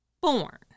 born